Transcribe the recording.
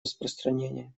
распространение